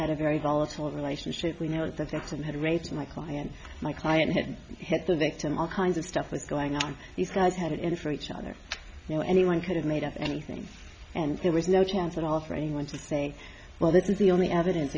had a very volatile relationship we know that that's him had raped my client my client had hit the victim all kinds of stuff was going on these guys had it in for each other you know anyone could have made up anything and there was no chance at all for anyone to say well that is the only evidence